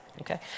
Okay